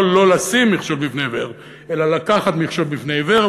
לא לא לשים מכשול בפני עיוור אלא לקחת מכשול מפני עיוור.